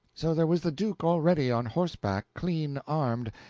so there was the duke already on horseback, clean armed,